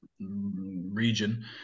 region